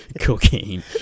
cocaine